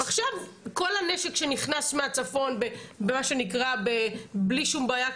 עכשיו כל הנשק שנכנס מהצפון במה שנקרא בלי שום בעיה,